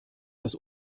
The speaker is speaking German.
dass